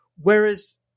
whereas